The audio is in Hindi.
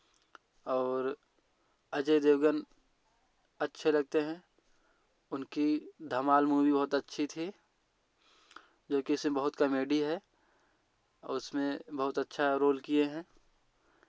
और अजय देवगन अच्छे लगते हैं उनकी धमाल मूवी बहुत अच्छी थी जो कि उसने बहुत कॉमेडी है और उसमें बहुत अच्छा रोल किए हैं